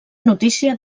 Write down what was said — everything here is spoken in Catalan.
notícia